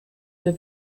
der